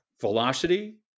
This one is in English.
velocity